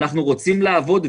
אנחנו רוצים לעבוד,